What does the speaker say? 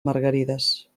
margarides